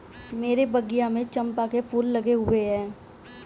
मेरे बगिया में चंपा के फूल लगे हुए हैं